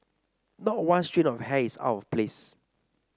not one strand of hair is out of place